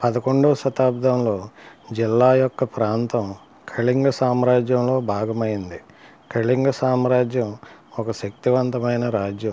పదకొండవ శతాబ్దంలో జిల్లా యొక్క ప్రాంతం కళింగ సామ్రాజ్యంలో భాగమైంది కళింగ సామ్రాజ్యం ఒక శక్తివంతమైన రాజ్యం